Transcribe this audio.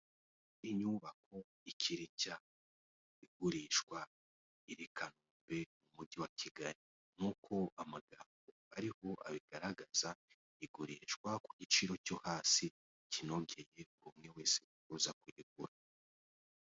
Inyubako ikiri nshya igurishwa iri Kanombe mu mujyi wa Kigali nk'uko amagambo ariho abigaragaza igurishwa ku giciro cyo hasi kinogeye buri wese wifuza kuyigura.